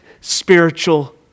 spiritual